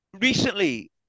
recently